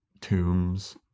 tombs